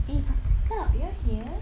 eh buttercup you're here